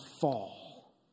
fall